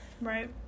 right